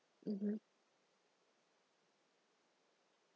mmhmm